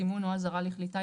סימון או אזהרה לכלי טיס,